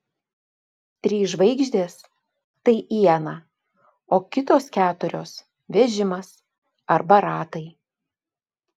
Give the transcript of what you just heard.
trys žvaigždės tai iena o kitos keturios vežimas arba ratai